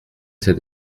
cette